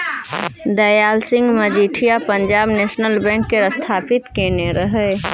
Dayal Singh Majithia Punjab national bank केर स्थापित केने रहय